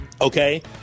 Okay